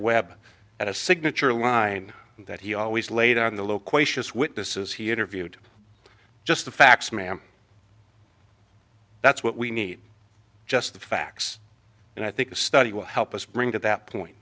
webb at a signature line that he always laid on the loquacious witnesses he interviewed just the facts ma'am that's what we need just the facts and i think the study will help us bring to that point